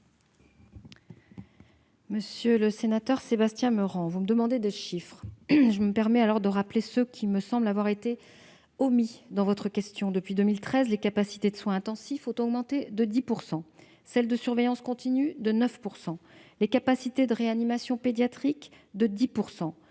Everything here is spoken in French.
Monsieur le sénateur Sébastien Meurant, vous me demandez des chiffres. Je me permets donc de rappeler ceux qui me semblent avoir été omis dans votre question. Depuis 2013, les capacités de soins intensifs ont augmenté de 10 % et celles de surveillance continue de 9 %. Les capacités de réanimation pédiatrique, sont